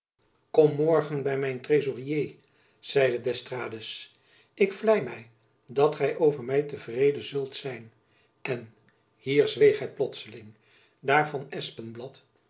kom morgen by mijn tresorier zeide d'estrades ik vlei my dat gy over my te vrede zult zijn en hier zweeg hy plotslings daar